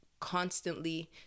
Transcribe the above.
constantly